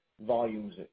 volumes